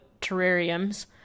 terrariums